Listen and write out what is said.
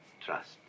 Trust